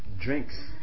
drinks